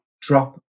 drop